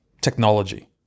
technology